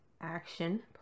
Action